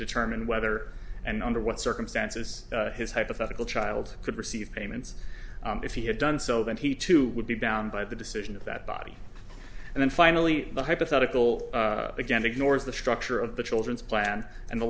determine whether and under what circumstances his hypothetical child could receive payments if he had done so then he too would be bound by the decision of that body and then finally the hypothetical again ignores the structure of the children's plan and the